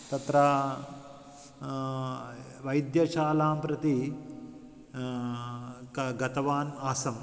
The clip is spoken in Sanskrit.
तत्र वैद्यशालां प्रति ग गतवान् आसम्